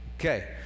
Okay